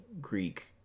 greek